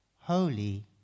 holy